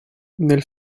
nel